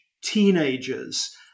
teenagers